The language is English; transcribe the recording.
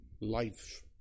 life